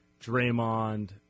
Draymond